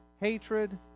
hatred